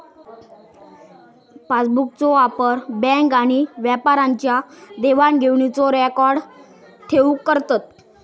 पासबुकचो वापर बॅन्क आणि व्यापाऱ्यांच्या देवाण घेवाणीचो रेकॉर्ड ठेऊक करतत